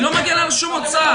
אני לא מגן על שום אוצר.